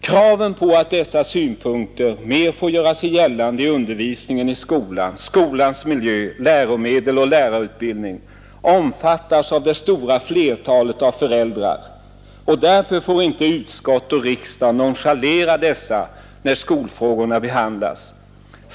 Kraven på att dessa synpunkter mer får göra sig gällande i undervisningen i skolan, i skolans miljö, i läromedel och i lärarutbildning omfattas av det stora flertalet föräldrar, och därför får inte utskott och riksdag nonchalera dessa när skolfrågorna behandlas.